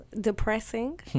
depressing